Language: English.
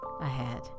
ahead